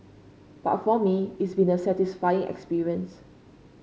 but for me it's been a satisfying experience